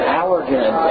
allergen